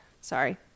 Sorry